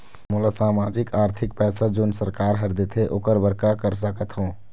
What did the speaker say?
मोला सामाजिक आरथिक पैसा जोन सरकार हर देथे ओकर बर का कर सकत हो?